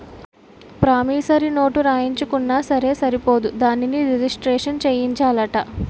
promissory note రాయించుకున్నా సరే సరిపోదు దానిని రిజిస్ట్రేషను సేయించాలట